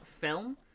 film